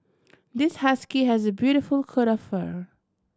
this husky has a beautiful coat of fur